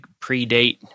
predate